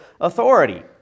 authority